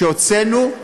שהוצאנו,